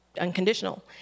unconditional